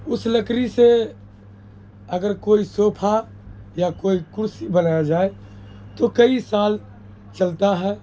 اس لکڑی سے اگر کوئی صوفا یا کوئی کرسی بنایا جائے تو کئی سال چلتا ہے